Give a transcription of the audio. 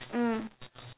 mm